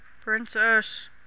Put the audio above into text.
Princess